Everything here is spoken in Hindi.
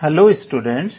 hello students